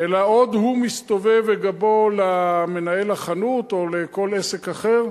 אלא שעוד הוא מסתובב וגבו למנהל החנות או כל עסק אחר